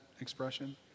expression